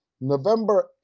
November